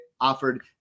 offered